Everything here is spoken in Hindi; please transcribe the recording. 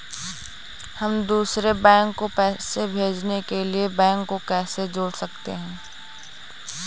हम दूसरे बैंक को पैसे भेजने के लिए बैंक को कैसे जोड़ सकते हैं?